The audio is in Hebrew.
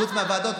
חוץ מהוועדות,